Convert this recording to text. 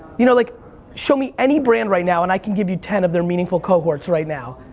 you know, like show me any brand right now and i can give you ten of their meaningful cohorts right now.